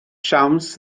siawns